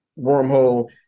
wormhole